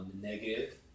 negative